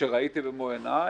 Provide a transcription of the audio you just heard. שראיתי במו עיניי,